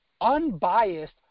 unbiased